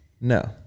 No